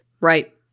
right